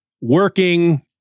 working